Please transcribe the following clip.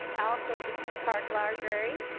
also at the kings park library.